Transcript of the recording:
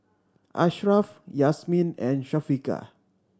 Ashraf Yasmin and Syafiqah